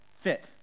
fit